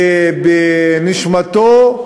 בנשמתו,